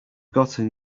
gotten